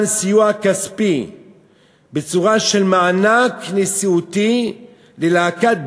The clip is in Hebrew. סיוע כספי בצורה של מענק נשיאותי ללהקת "דלאל"